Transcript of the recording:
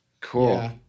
Cool